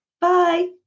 Bye